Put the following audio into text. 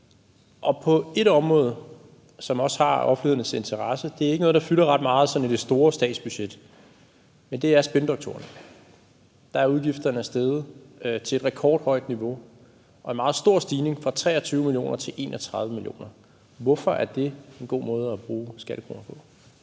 og et område, som også har offentlighedens interesse – det er ikke noget, der fylder ret meget sådan i det store statsbudget – er spindoktorerne. Der er udgifterne steget til et rekordhøjt niveau; der er tale om en meget stor stigning fra 23 mio. kr. til 31 mio. kr. Hvorfor er det en god måde at bruge skattekroner på?